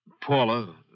Paula